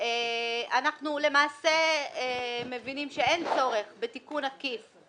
אנחנו למעשה מבינים, שאין צורך בתיקון עקיף.